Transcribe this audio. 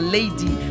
Lady